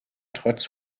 trotz